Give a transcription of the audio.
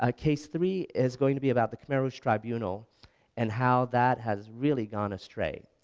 ah case three is going to be about the khmer rouge triubunal and how that has really gone astray.